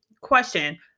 Question